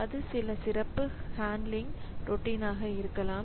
அது சில சிறப்பு ஹன்ட்லிங் ரோட்டின் ஆக இருக்கலாம்